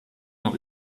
noch